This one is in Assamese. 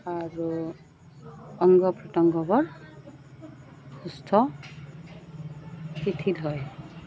আৰু অংগ প্ৰতংগবোৰ সুস্থ শিথিল হয়